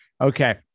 Okay